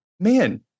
man